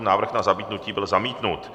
Návrh na zamítnutí byl zamítnut.